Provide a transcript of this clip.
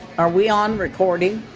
are we on recording?